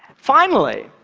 finally,